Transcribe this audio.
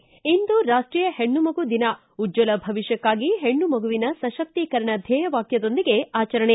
ಿ ಇಂದು ರಾಷ್ಟೀಯ ಹೆಣ್ಣು ಮಗು ದಿನ ಉಜ್ವಲ ಭವಿಷ್ಣಕ್ಕಾಗಿ ಹೆಣ್ಣು ಮಗುವಿನ ಸಶಕ್ತೀಕರಣ ಧ್ಯೇಯ ವಾಕ್ಯದೊಂದಿಗೆ ಆಚರಣೆ